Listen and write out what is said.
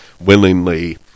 willingly